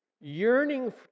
yearning